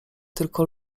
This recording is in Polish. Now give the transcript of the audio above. tylko